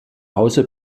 hause